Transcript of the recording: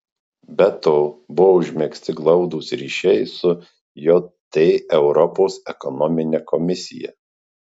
be to buvo užmegzti glaudūs ryšiai su jt europos ekonomine komisija